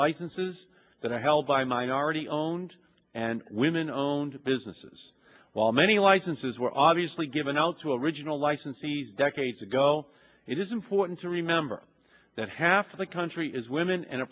licenses that i held by minority owned and women owned businesses while many licenses were obviously given out to a original licensees decades ago it is important to remember that half the country is women and